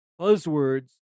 buzzwords